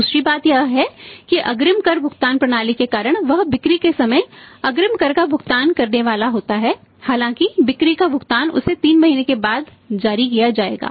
दूसरी बात यह है कि अग्रिम कर भुगतान प्रणाली के कारण वह बिक्री के समय अग्रिम कर का भुगतान करने वाला होता है हालांकि बिक्री का भुगतान उसे 3 महीने के बाद जारी किया जाएगा